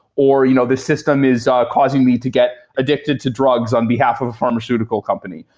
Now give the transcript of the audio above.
or you know this system is ah causing me to get addicted to drugs on behalf of a pharmaceutical company.